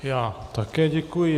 Já také děkuji.